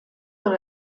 dans